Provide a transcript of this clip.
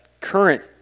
current